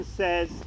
says